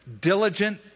diligent